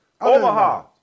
Omaha